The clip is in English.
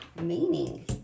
meaning